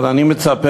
אבל אני מצפה,